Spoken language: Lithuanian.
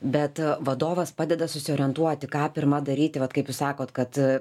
bet vadovas padeda susiorientuoti ką pirma daryti vat kaip jūs sakot kad